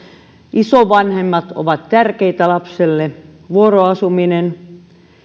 isovanhemmat ovat tärkeitä lapselle vuoroasuminen